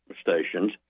stations